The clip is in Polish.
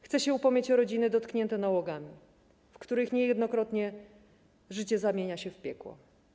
Chcę się upomnieć o rodziny dotknięte nałogami, w których niejednokrotnie życie zamienia się w piekło.